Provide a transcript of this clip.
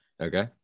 Okay